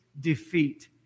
defeat